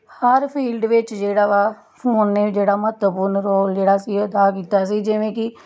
ਹਰ field ਵਿੱਚ ਜਿਹੜਾ ਵਾ ਫੋਨ ਨੇ ਜਿਹੜਾ ਮਹੱਤਵਪੂਰਨ ਰੋਲ ਜਿਹੜਾ ਸੀ ਅਦਾ ਕੀਤਾ ਸੀ ਜਿਵੇਂ ਕਿ